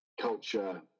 culture